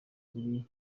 ziri